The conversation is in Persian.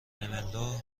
مملو